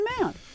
amount